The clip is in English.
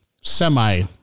semi